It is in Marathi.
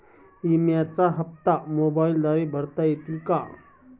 विम्याचे हप्ते मोबाइलद्वारे भरता येतील का?